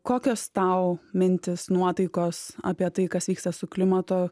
kokios tau mintys nuotaikos apie tai kas vyksta su klimato